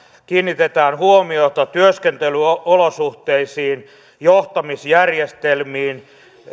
kiinnitetään huomiota työskentelyolosuhteisiin johtamisjärjestelmiin